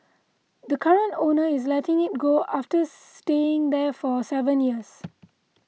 the current owner is letting it go after staying there for seven years